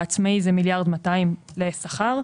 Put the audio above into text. בעצמאי זה 1.200 מיליארד לשכר.